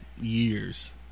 years